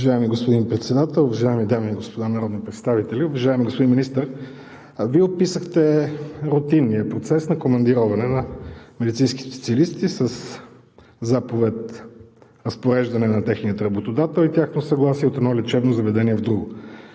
Вие описахте рутинния процес на командироване на медицински специалисти със заповед, разпореждане на техния работодател и тяхното съгласие от едно лечебно заведение в друго.